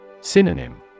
Synonym